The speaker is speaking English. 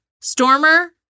Stormer